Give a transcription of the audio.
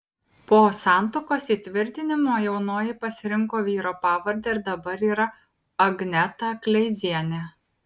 po santuokos įtvirtinimo jaunoji pasirinko vyro pavardę ir dabar yra agneta kleizienė